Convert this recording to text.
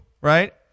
right